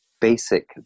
basic